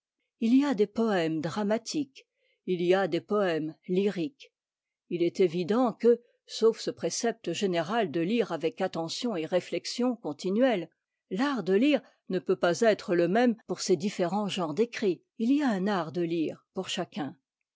il y a des poèmes dramatiques il y a des poèmes lyriques il est évident que sauf ce précepte général de lire avec attention et réflexion continuelles l'art de lire ne peut pas être le même pour ces différents genres d'écrits il y a un art de lire pour chacun